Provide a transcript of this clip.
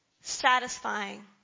satisfying